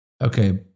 Okay